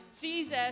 Jesus